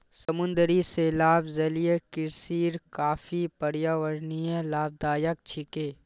समुद्री शैवाल जलीय कृषिर काफी पर्यावरणीय लाभदायक छिके